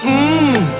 Mmm